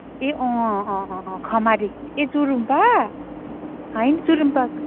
ए अँ अँ अँ अँ खमारी ए चुरुम्पा होइन चुरुम्पा